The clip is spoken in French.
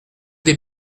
des